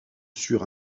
sur